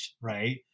Right